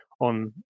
On